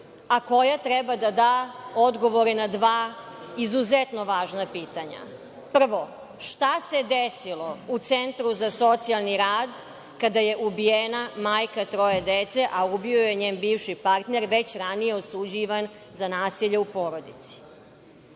a koja treba da da odgovore na dva izuzetno važna pitanja. Prvo – šta se desilo u centru za socijalni rad kada je ubijena majka troje dece, a ubio ju je njen bivši partner, već ranije osuđivan za nasilje u porodici.